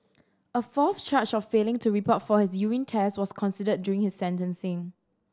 a fourth charge of failing to report for his urine test was considered during his sentencing